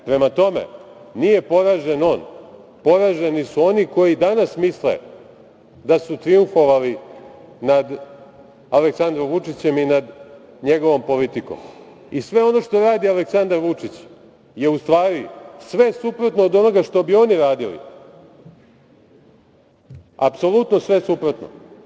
Prema tome, nije poražen on, poraženi su oni koji danas misle da su trijumfovali nad Aleksandrom Vučićem i nad njegovom politikom i sve ono što radi Aleksandar Vučić je u stvari sve suprotno od onoga što bi oni radili, apsolutno sve suprotno.